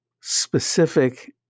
specific